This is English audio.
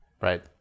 Right